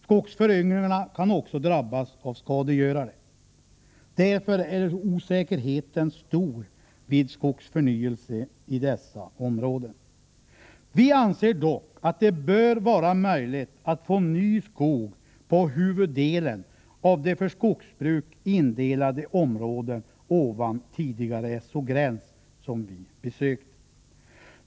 Skogsföryngringarna kan också drabbas av skadegörare. Därför är osäkerheten stor vid skogsförnyelse i dessa områden. Vi anser dock att det bör vara möjligt att få ny skog på huvuddelen av de för skogsbruk indelade områden ovan tidigare SO-gräns som vi besökt.